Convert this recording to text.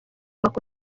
makuru